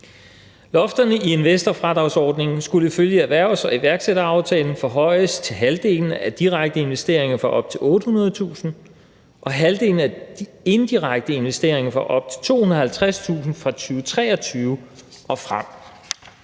Lofterne i investorfradragsordningen skulle ifølge erhvervs- og iværksætteraftalen forhøjes til halvdelen af de direkte investeringer for op til 800.000 kr. og halvdelen af de indirekte investeringer for op til 250.000 kr. fra 2023 og frem.